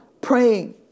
praying